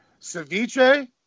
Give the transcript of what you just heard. ceviche